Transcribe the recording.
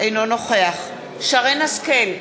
אינו נוכח שרן השכל,